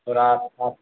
थोड़ा आप आप